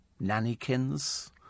nannykins